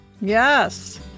Yes